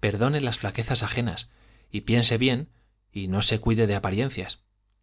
perdone las flaquezas ajenas y piense bien y no se cuide de apariencias